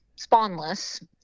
spawnless